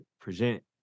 present